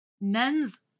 men's